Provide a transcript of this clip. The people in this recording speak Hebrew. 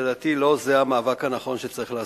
לדעתי לא זה המאבק הנכון שצריך לעשות.